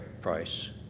price